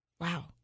Wow